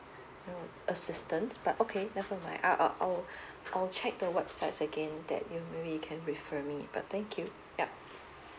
oh assistance but okay never mind I I'll I'll check the websites again that you maybe you can refer me but thank you yup